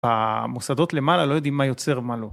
המוסדות למעלה לא יודעים מה יוצר ומה לא.